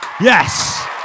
Yes